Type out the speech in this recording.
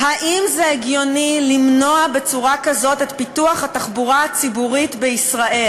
האם זה הגיוני למנוע בצורה כזאת את פיתוח התחבורה הציבורית בישראל